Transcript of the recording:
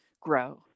grow